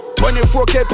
24k